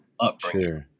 upbringing